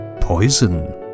Poison